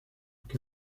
que